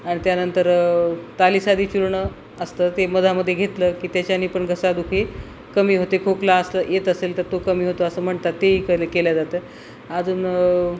आणि त्यानंतर तालीसादी चूर्णं असतं ते मधामध्ये घेतलं की त्याच्याने पण घसादुखी कमी होते खोकला असं येत असेल तर तो कमी होतो असं म्हणतात तेही क केल्या जातं अजून